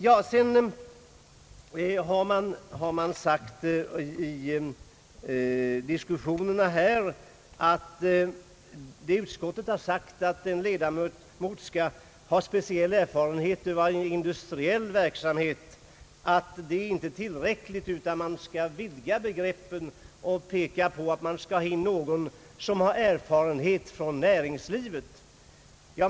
I diskussionen här har man förklarat att det inte är tillräckligt att en ledamot skall ha speciell erfarenhet av industriell verksamhet, vilket utskottet föreslår, utan att man måste vidga begreppen och kräva en person som har erfarenhet från näringslivet.